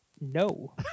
No